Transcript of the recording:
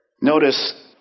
Notice